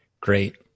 great